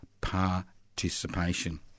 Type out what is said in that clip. participation